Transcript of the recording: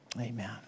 amen